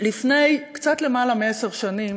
לפני קצת יותר מעשר שנים